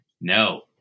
No